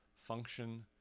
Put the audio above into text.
function